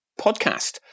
podcast